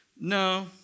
No